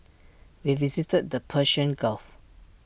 we visited the Persian gulf